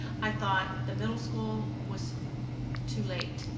i thought the middle school was too late.